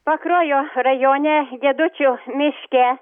pakruojo rajone diedučio miške